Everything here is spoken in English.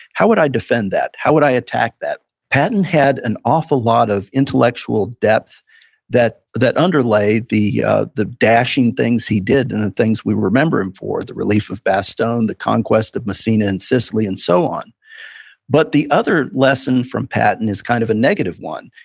how would i defend that? how would i attack that? patton had an awful lot of intellectual depth that that underlay the the dashing things he did, and the things we remember him for, the relief of bastogne, the conquest of messina in sicily and so on but the other lesson from patton is kind of a negative one.